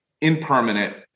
impermanent